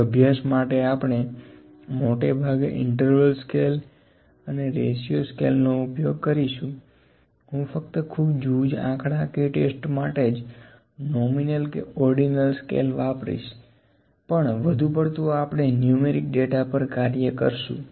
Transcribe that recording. તે અભ્યાસ માટે આપણે મોટે ભાગે ઇન્ટરવલ સ્કેલ અને રેશિયો સ્કેલ નો ઉપયોગ કરીશુ હું ફક્ત ખૂબ જૂજ આંકડાકીય ટેસ્ટ માટે જ નોમિનલ કે ઓર્ડીનલ સ્કેલ વાપરીશું પણ વધુ પડતું આપણે નુમેરીક ડેટા પર કાર્ય કરશું